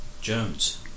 Jones